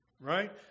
right